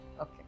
Okay